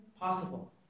possible